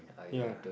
ya